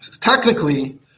technically